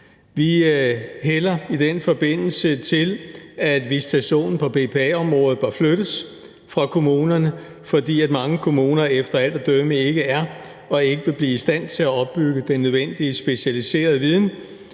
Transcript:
Vi hælder i den forbindelse til, at visitationen på BPA-området bør flyttes fra kommunerne, fordi mange kommuner efter alt at dømme ikke er og ikke vil blive i stand til at opbygge den nødvendige specialiserede viden,